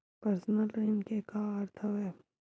Personal ऋण के का अर्थ हवय?